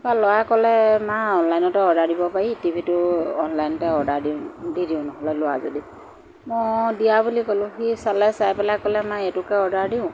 তাৰপৰা ল'ৰাই ক'লে মা অনলাইনতো অৰ্ডাৰ দিব পাৰি টিভিটো অনলাইনতে অৰ্ডাৰ দিওঁ দি দিওঁ নহ'লে লোৱা যদি মই অ দিয়া বুলি ক'লোঁ সি চালে চাই পেলাই ক'লে মা এইটোকে অৰ্ডাৰ দিওঁ